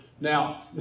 Now